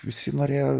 visi norėjo